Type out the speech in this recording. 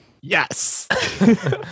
Yes